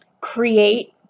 create